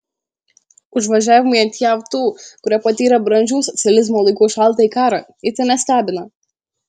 užvažiavimai ant jav tų kurie patyrė brandžių socializmo laikų šaltąjį karą itin nestebina